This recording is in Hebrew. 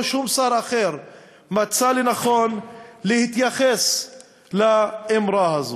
לא שום שר אחר מצא לנכון להתייחס לאמרה הזו.